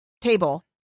table